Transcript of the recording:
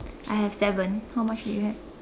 I have seven how much do you have